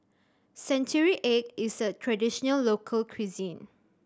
century egg is a traditional local cuisine